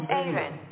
Aaron